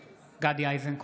(קורא בשמות חברי הכנסת) גדי איזנקוט,